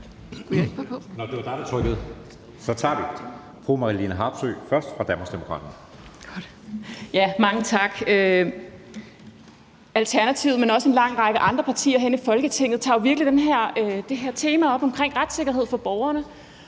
først. Kl. 12:24 Marlene Harpsøe (DD): Mange tak. Alternativet, men også en lang række andre partier herinde i Folketinget tager jo virkelig det her tema omkring retssikkerhed for borgerne